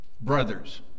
brothers